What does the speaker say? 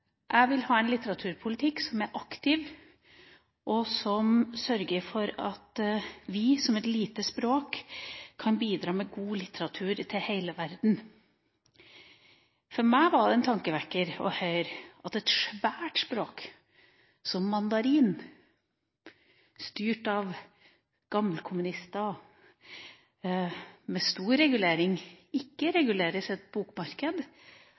Jeg vil ha en litteraturpolitikk som er aktiv, og som sørger for at vi som et lite språk kan bidra med god litteratur til hele verden. Det var en tankevekker for meg å høre at et svært språk som mandarin, som er styrt av gammelkommunister med stor reguleringsiver, ikke regulerer sitt bokmarked,